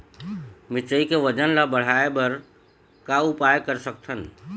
मिरचई के वजन ला बढ़ाएं बर का उपाय कर सकथन?